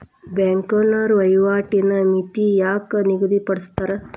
ಬ್ಯಾಂಕ್ನೋರ ವಹಿವಾಟಿನ್ ಮಿತಿನ ಯಾಕ್ ನಿಗದಿಪಡಿಸ್ತಾರ